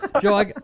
Joe